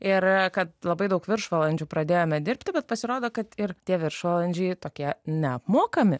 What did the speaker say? ir kad labai daug viršvalandžių pradėjome dirbti bet pasirodo kad ir tie viršvalandžiai tokie neapmokami